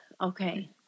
Okay